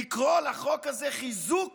לקרוא לחוק הזה "חיזוק